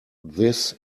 this